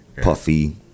Puffy